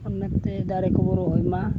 ᱢᱮᱱᱛᱮ ᱫᱟᱨᱮ ᱠᱚᱵᱚᱱ ᱨᱚᱦᱚᱭᱢᱟ